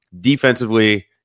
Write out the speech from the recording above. defensively